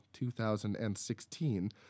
2016